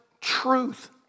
truth